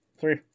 Three